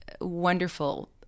wonderful